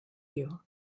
you